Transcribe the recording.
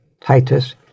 Titus